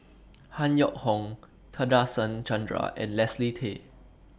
Han Yong Hong Nadasen Chandra and Leslie Tay